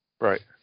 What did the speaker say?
right